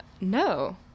no